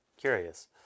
Curious